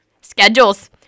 Schedules